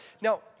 Now